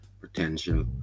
potential